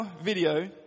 video